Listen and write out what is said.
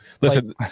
Listen